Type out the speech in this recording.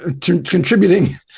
contributing